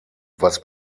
was